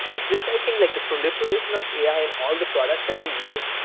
with just, i think, like the proliferation of ai in all the products that we use,